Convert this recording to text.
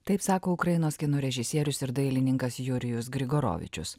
taip sako ukrainos kino režisierius ir dailininkas jurijus grigoravičius